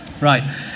Right